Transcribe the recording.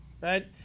right